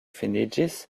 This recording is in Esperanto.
finiĝis